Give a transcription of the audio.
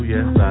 Yes